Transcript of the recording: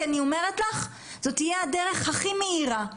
כי זאת תהיה הדרך הכי מהירה.